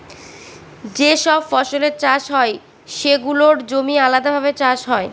যে সব ফসলের চাষ হয় সেগুলোর জমি আলাদাভাবে চাষ হয়